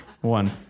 One